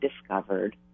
discovered